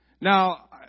Now